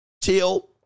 Till